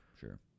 sure